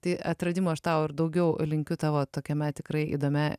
tai atradimų aš tau ir daugiau linkiu tavo tokiame tikrai įdomia